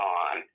on